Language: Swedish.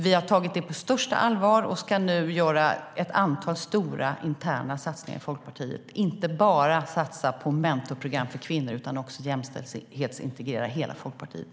Vi har tagit det på största allvar och ska nu göra ett antal stora interna satsningar i Folkpartiet. Det handlar inte bara om att satsa på mentorprogram för kvinnor utan också jämställdhetsintegrera hela Folkpartiet.